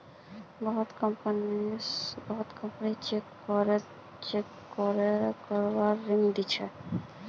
बहुत company credit score check करे ऋण दी छेक